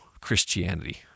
Christianity